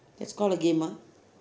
that's called a game ah